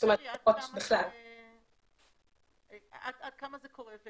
באופן כללי, עד כמה זה קורה.